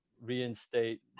reinstate